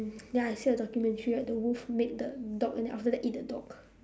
then I see the documentary right the wolf mate the dog and then after that eat the dog